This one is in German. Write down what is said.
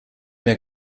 mir